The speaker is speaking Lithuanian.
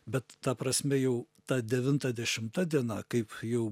bet ta prasme jau ta devinta dešimta diena kaip jau